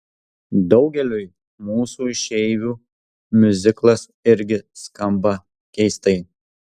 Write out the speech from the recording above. daugeliui mūsų išeivių miuziklas irgi skamba keistai